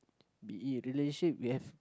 the relationship we have